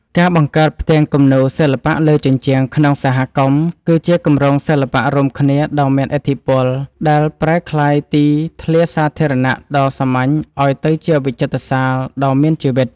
ការបង្កើតផ្ទាំងគំនូរសិល្បៈលើជញ្ជាំងក្នុងសហគមន៍ គឺជាគម្រោងសិល្បៈរួមគ្នាដ៏មានឥទ្ធិពល ដែលប្រែក្លាយទីធ្លាសាធារណៈដ៏សាមញ្ញឱ្យទៅជាវិចិត្រសាលដ៏មានជីវិត។